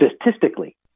statistically